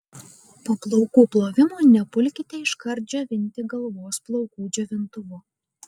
po plaukų plovimo nepulkite iškart džiovinti galvos plaukų džiovintuvu